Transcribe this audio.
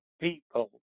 people